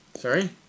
Sorry